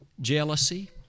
Jealousy